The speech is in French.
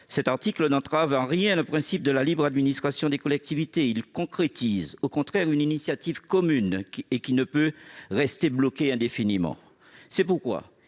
cet article n'entrave en rien le principe de la libre administration des collectivités. Il concrétise, au contraire, une initiative commune, qui ne peut rester bloquée indéfiniment. C'est pourquoi